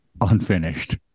unfinished